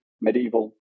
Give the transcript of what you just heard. Medieval